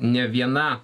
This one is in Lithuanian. ne viena